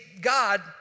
God